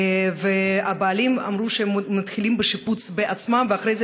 והבעלים אמרו שהם מתחילים בשיפוץ בעצמם ואחרי זה